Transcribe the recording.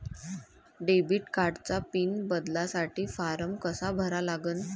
Debit कार्डचा pin बदलासाठी form कसा भरा लागन?